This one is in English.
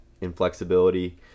inflexibility